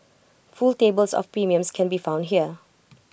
full tables of premiums can be found here